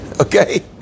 Okay